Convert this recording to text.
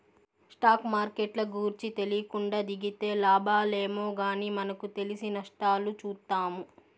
stock మార్కెట్ల గూర్చి తెలీకుండా దిగితే లాబాలేమో గానీ మనకు తెలిసి నష్టాలు చూత్తాము